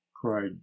cried